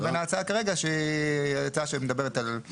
לבין ההצעה כרגע שהיא הצעה שמדברת על מתחם כולל.